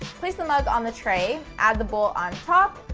place the mugs on the tray, add the bowl on top,